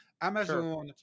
Amazon